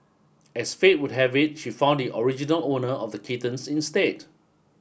as fate would have it she found the original owner of the kittens instead